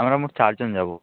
আমরা মোট চারজন যাবো